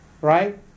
right